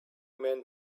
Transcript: men